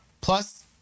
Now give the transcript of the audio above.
plus